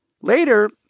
Later